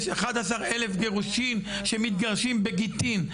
יש 11,000 גירושים שמתגרשים בגיטים.